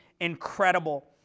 incredible